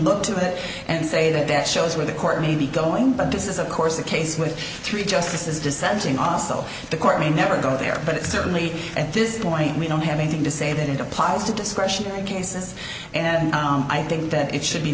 look to that and say that that shows where the court may be going but this is of course the case with three justices dissenting also the court may never go there but certainly at this point we don't have anything to say that it applies to discretion cases and i think that it should